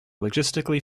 logistically